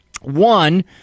One